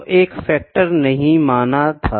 जो एक फैक्टर नहीं माना था